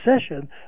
session